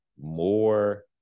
more